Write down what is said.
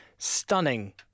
Stunning